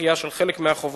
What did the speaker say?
דחייה של חלק מהחובות,